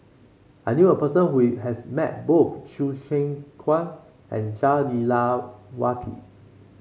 I knew a person who has met both Chew Kheng Chuan and Jah Lelawati